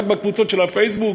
רק בקבוצות של פייסבוק?